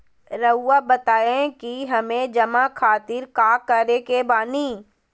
रहुआ बताइं कि हमें जमा खातिर का करे के बानी?